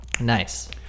nice